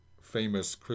Famous